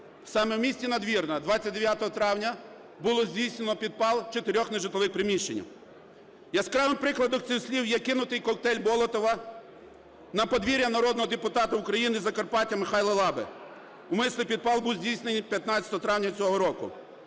Саме в місті Надвірна 29 травня було здійснено підпал 4 нежитлових приміщень. Яскравим прикладом цих слів є кинутий "коктейль Молотова" на подвір'я народного депутата України Закарпаття Михайла Лаби. Умисний підпал був здійснений 15 травня цього року.